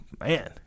man